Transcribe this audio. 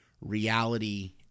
reality